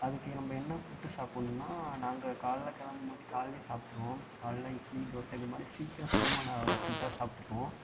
அதுக்கு நம்ம என்ன ஃபுட்டு சாப்பிடுணுனா நாங்கள் காலைல கிளம்பும்போது காலைலே சாப்பிட்ருவோம் காலைல இட்லி தோசை இதமாதிரி சீக்கிரம் செரிமானம் ஆகிற ஃபுட்டாக சாப்பிட்டுப்போம்